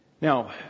Now